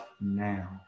now